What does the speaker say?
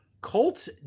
Colts